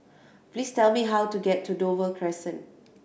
please tell me how to get to Dover Crescent